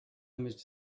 image